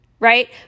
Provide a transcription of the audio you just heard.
right